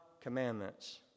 commandments